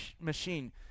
machine